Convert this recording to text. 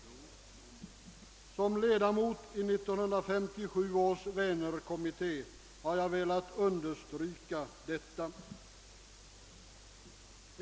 Såsom ledamot i 1957 års Vänerkommitté har jag velat framhålla detta.